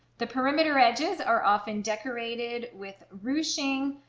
the perimeter edges are often decorated with ruching,